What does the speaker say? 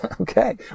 Okay